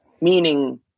Meaning